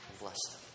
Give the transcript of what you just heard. blessed